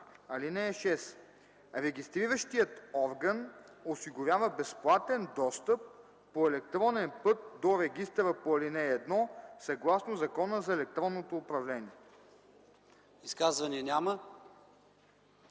данни. (6) Регистриращият орган осигурява безплатен достъп по електронен път до регистъра по ал. 1 съгласно Закона за електронното управление.”